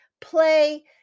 play